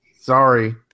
sorry